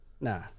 Nah